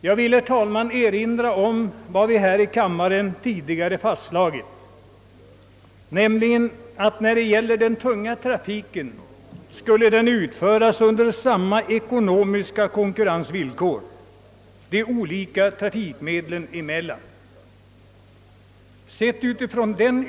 Jag vill erinra om vad vi här i kammaren tidigare fastslagit, nämligen att de olika trafikmedlen skall konkurrera på i huvudsak samma ekonomiska villkor när det gäller att utföra de tunga transporterna. Med den.